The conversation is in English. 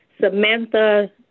Samantha